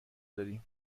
داریم